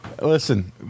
Listen